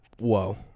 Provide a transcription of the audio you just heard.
Whoa